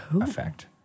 effect